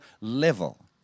level